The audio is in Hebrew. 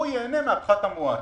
הוא ייהנה מן הפחת המואץ.